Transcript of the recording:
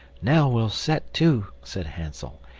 now we'll set to, said hansel,